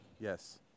Yes